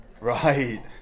Right